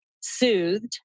soothed